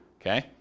Okay